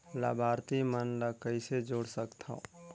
लाभार्थी मन ल कइसे जोड़ सकथव?